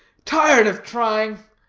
tired of trying.